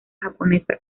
japonesa